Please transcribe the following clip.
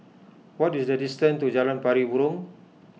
what is the distance to Jalan Pari Burong